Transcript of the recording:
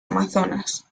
amazonas